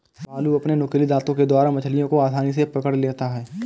भालू अपने नुकीले दातों के द्वारा मछलियों को आसानी से पकड़ लेता है